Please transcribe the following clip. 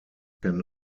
can